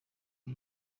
iki